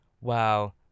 wow